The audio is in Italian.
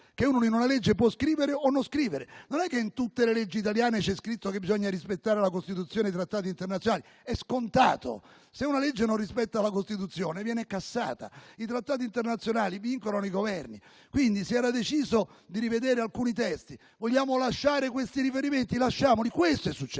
e in una legge si può scrivere o non scrivere. Non è che in tutte le leggi italiane c'è scritto che bisogna rispettare la Costituzione e i trattati internazionali: è scontato. Se una legge non rispetta la Costituzione viene cassata e i trattati internazionali vincolano i Governi. Si era quindi deciso di rivedere alcuni testi: vogliamo lasciare questi riferimenti? Lasciamoli. Questo è successo